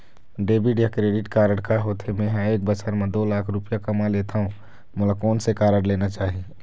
Debit या credit card का होथे, मे ह एक बछर म दो लाख रुपया कमा लेथव मोला कोन से कारड लेना चाही?